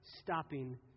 Stopping